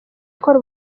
ikora